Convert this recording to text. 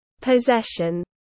possession